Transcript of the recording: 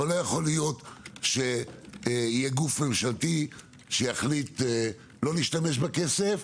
אבל לא יכול להיות שיהיה גוף ממשלתי שיחליט לא להשתמש בכסף,